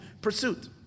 pursuit